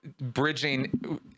bridging